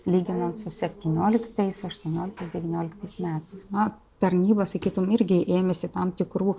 lyginant su septynioliktais aštuonioliktais devynioliktais metais na tarnybos sakytum irgi ėmėsi tam tikrų